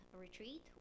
retreat